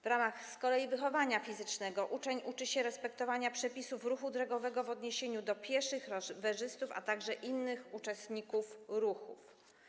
W ramach z kolei wychowania fizycznego uczeń uczy się respektowania przepisów ruchu drogowego w odniesieniu do pieszych, rowerzystów, a także innych uczestników ruchu.